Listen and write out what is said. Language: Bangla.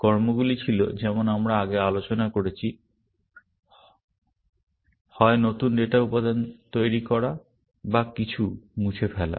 কর্মগুলো ছিল যেমন আমরা আগে আলোচনা করেছি হয় নতুন ডেটা উপাদান তৈরি করা বা কিছু মুছে ফেলা